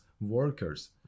workers